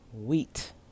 wheat